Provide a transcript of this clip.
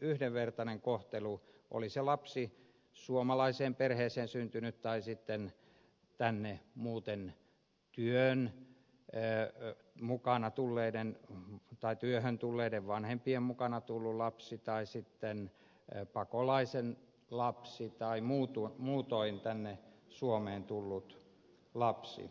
yhdenvertainen kohtelu oli se lapsi suomalaiseen perheeseen syntynyt tai tänne muuten työn enää mukana tulleiden tai työhön tulleiden vanhempien mukana tullut lapsi tai pakolaisen lapsi tai muutoin tänne suomeen tullut lapsi